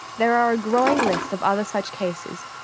there are a growing list of other such cases,